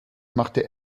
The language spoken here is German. machte